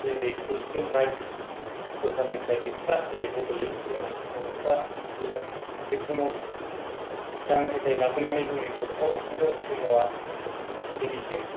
जेरै political rights सरकारनिफ्राय extra जेरै बड'लेण्ड जोंनि बर'फ्रा बिबोदों बे समाव जांख्रिथाय लाबोनानै जोंनि बड'फा उपेन्द्रनाथ ब्रह्मआ दिनैसिम